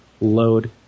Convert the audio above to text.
load